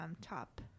top